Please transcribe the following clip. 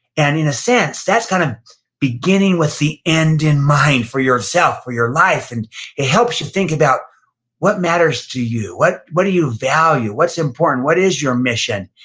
and in a sense, that's kind of beginning with the end in mind, for yourself, for your life, and it helps you think about what matters to you. what what do you value? what's important? what is your mission?